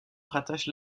rattache